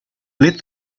lit